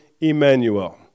Emmanuel